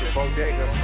Bodega